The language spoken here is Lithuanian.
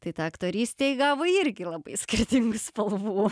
tai ta aktorystė įgavo irgi labai skirtingų spalvų